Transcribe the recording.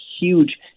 huge